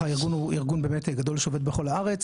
הארגון הוא באמת גדול שעובד בכל הארץ.